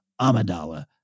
Amidala